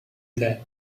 that